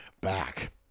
back